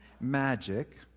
magic